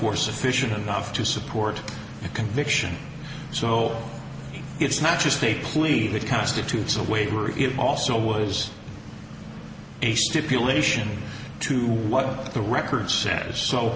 or sufficient enough to support a conviction so it's not just a plea that constitutes a waiver it also was a stipulation to what the record